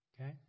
Okay